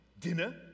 Dinner